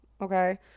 Okay